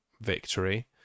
victory